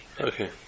Okay